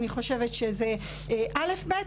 אני חושבת שזה אל"ף-בי"ת.